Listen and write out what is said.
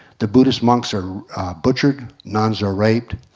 the buddhist monks are butchered, nuns are raped,